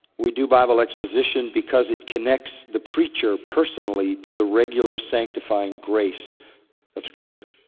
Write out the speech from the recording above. we do bible exposition because it connects the preacher personally to the regular sanctifying grace of scripture.